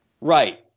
Right